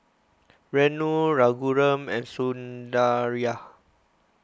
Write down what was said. Renu Raghuram and Sundaraiah